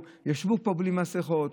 ישבו פה בלי מסכות,